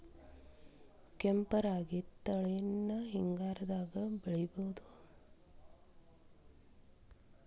ಕೆಂಪ ರಾಗಿ ತಳಿನ ಹಿಂಗಾರದಾಗ ಬೆಳಿಬಹುದ?